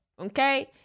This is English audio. okay